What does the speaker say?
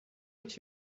eat